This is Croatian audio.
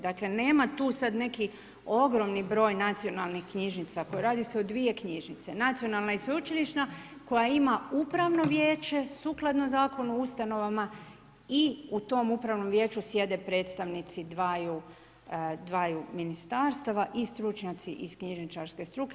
Dakle nema tu sad neki ogromni broj nacionalnih knjižnica, radi se o dvije knjižnice Nacionalna i sveučilišna koja ima upravno vijeće sukladno Zakonu o ustanovama i u tom upravnom vijeću sjede predstavnici dvaju ministarstava i stručnjaci iz knjižničarske struke.